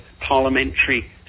parliamentary